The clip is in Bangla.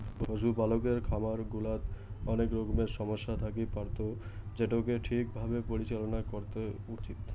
পশুপালকের খামার গুলাত অনেক রকমের সমস্যা থাকি পারত যেটোকে ঠিক ভাবে পরিচালনা করাত উচিত